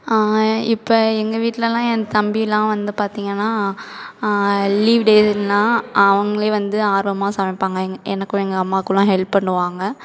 இப்போ எங்கள் வீட்லேலாம் என் தம்பிலாம் வந்து பார்த்தீங்கன்னா லீவ் டேஸ்லாம் அவனுங்களே வந்து ஆர்வமாக சமைப்பாங்க என் எனக்கும் எங்கள் அம்மாக்கெல்லாம் ஹெல்ப் பண்ணுவாங்க